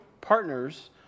partners